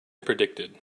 predicted